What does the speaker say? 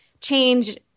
change